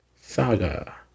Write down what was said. Saga